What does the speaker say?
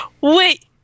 Wait